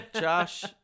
Josh